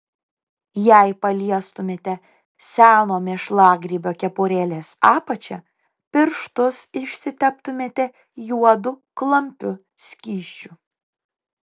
jei paliestumėte seno mėšlagrybio kepurėlės apačią pirštus išsiteptumėte juodu klampiu skysčiu